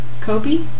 Kobe